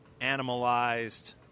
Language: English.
Animalized